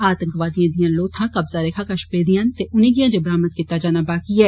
आतंकवादिएं दियां लोथा कब्जा रेखा कश पेदियां न उनें गी अजें बरामद कीता जाना बाकी ऐ